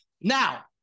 Now